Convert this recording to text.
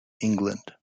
england